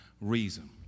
reason